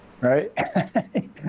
right